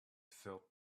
felt